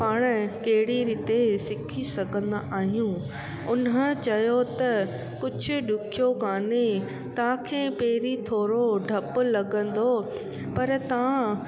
पाण कहिड़ी रीति सिखी सघंदा आहियूं उन चयो त कुझु ॾुखियो कोन्हे तव्हांखे पहिरीं थोरो डपु लॻंदो पर तव्हां